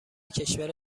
کشور